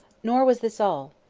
nor was this all.